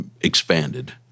Expanded